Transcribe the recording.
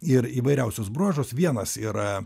ir įvairiausius bruožus vienas yra